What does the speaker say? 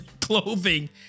clothing